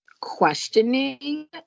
questioning